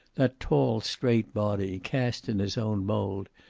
that tall, straight body, cast in his own mold,